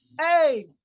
Hey